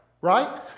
right